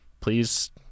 Please